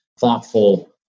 thoughtful